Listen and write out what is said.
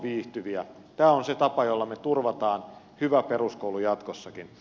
tämä on se tapa jolla me turvaamme hyvän peruskoulun jatkossakin